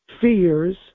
fears